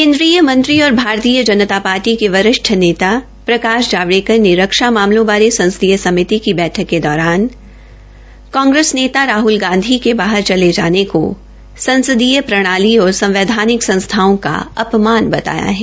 केन्द्रीय मंत्री और भारतीय जनता पार्टी के वरिष्ठ नेता प्रकाश जावड़ेकर ने रक्षा मामलों बारे संसदीय समिति की बैठक के दौरान कांग्रेस नेता राहल गांधी के बाहर चले जाने को संसदीय प्रणाली और संवैधानिक संस्थाओं का अपमान बताया है